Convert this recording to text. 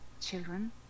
children